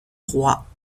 roi